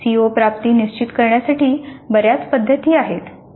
CO प्राप्ती निश्चित करण्यासाठी बऱ्याच पद्धती आहेत